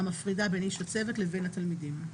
המפרידה בין איש הצוות לבין התלמידים.